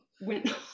went